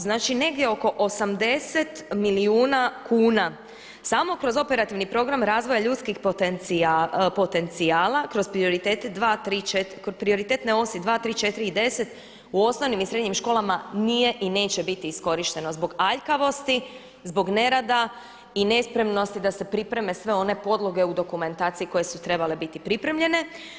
Znači negdje oko 80 milijuna kuna samo kroz operativni program razvoja ljudskih potencijala, kroz prioritete 2, 3, 4, kroz prioritetne osi, 2,3, 4 i 10 u osnovnim i srednjim školama nije i neće biti iskorišteno zbog aljkavosti, zbog nerada i ne spremnosti da se pripreme sve one podloge u dokumentaciji koje su trebale biti pripremljene.